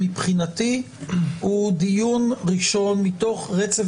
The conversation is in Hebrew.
מבחינתי הוא דיון ראשון מתוך רצף